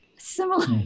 similar